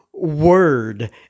Word